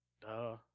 Duh